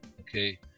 okay